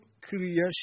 creation